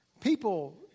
People